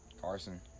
Carson